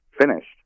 finished